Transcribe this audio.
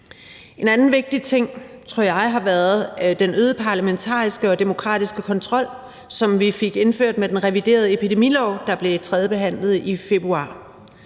En anden vigtig ting synes jeg har været den øgede parlamentariske og demokratiske kontrol, som vi fik indført med den reviderede epidemilov, der blev tredjebehandlet i februar.